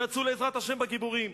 שיצאו לעזרת ה' בגיבורים,